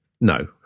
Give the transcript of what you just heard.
no